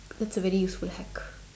it's a very useful hack